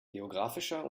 geographischer